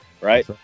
right